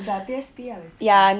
it's like a P_S_P ah basically